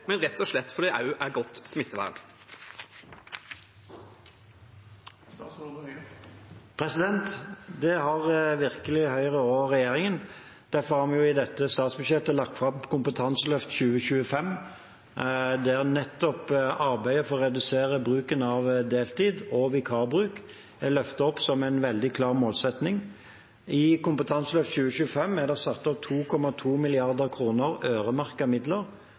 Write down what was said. men rett og slett fordi det også er godt smittevern? Det har virkelig Høyre og regjeringen, derfor har vi i dette statsbudsjettet lagt fram Kompetanseløft 2025, der nettopp arbeidet for å redusere bruken av deltid og vikarer er løftet opp som en veldig klar målsetting. I Kompetanseløft 2025 er det satt opp 2,2 mrd. kr i øremerkede midler